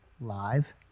live